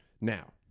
Now